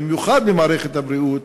במיוחד במערכת הבריאות,